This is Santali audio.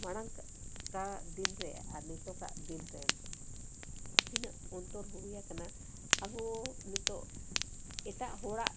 ᱢᱟᱲᱟᱝ ᱠᱟᱜ ᱫᱤᱱ ᱨᱮ ᱟᱨ ᱱᱤᱛᱚᱠᱟᱜ ᱫᱤᱱ ᱨᱮ ᱛᱤᱱᱟᱹᱜ ᱚᱱᱛᱚᱨ ᱦᱩᱭ ᱟᱠᱟᱱᱟ ᱟᱵᱚ ᱱᱤᱛᱚᱜ ᱮᱴᱟᱜ ᱦᱚᱲᱟᱜ